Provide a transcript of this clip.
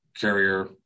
carrier